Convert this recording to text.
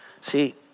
See